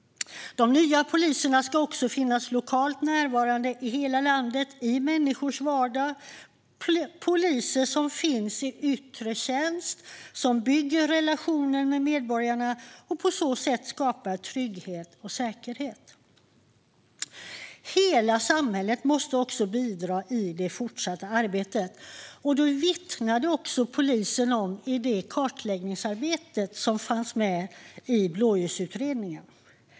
De nya poliserna ska också finnas lokalt närvarande i hela landet i människors vardag. Det handlar om poliser som finns i yttre tjänst som bygger relationer med medborgarna för att på så sätt skapa trygghet och säkerhet. Hela samhället måste bidra i det fortsatta arbetet. Detta vittnade polisen om i det kartläggningsarbete som fanns med i blåljusutredningen.